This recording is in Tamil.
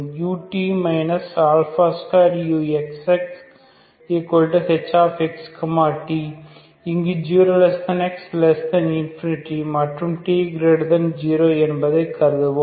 ut 2uxxhx t இங்கு 0x∞ மற்றும் t0 என்பதை கருதுவோம்